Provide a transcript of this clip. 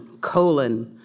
colon